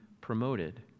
promoted